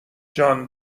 جان